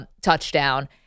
touchdown